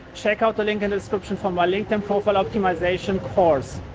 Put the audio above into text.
check out the link in the description for my linkedin profile optimization course.